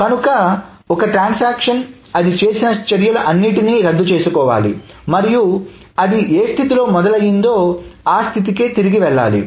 కనుక ఒక ట్రాన్సాక్షన్ అది చేసిన చర్య లు అన్నింటిని రద్దు చేసుకోవాలి మరియు అది ఏ స్థితిలో మొదలైందో ఆ స్థితికె తిరిగి వెళ్లాలి